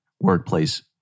workplace